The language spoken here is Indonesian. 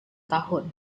tahun